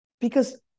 Because-